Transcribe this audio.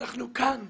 אנחנו כאן,